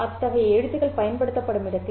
அத்தகைய கடிதங்கள் பயன்படுத்தப்படும் இடத்தில்